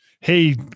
Hey